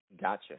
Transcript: gotcha